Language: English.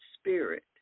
spirit